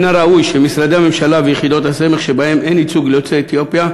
מן הראוי שמשרדי הממשלה ויחידות הסמך שבהם אין ייצוג ליוצאי אתיופיה,